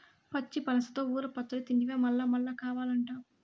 పచ్చి పనసతో ఊర పచ్చడి తింటివా మల్లమల్లా కావాలంటావు